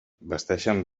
vesteixen